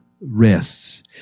rests